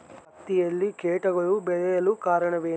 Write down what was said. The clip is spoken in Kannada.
ಹತ್ತಿಯಲ್ಲಿ ಕೇಟಗಳು ಬೇಳಲು ಕಾರಣವೇನು?